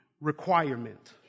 requirement